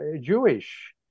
Jewish